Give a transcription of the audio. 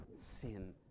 Sin